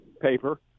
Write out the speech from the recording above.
paper